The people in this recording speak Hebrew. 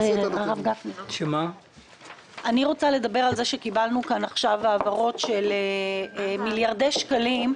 אני רוצה לדבר על זה שקיבלנו עכשיו העברות של מיליארדי שקלים,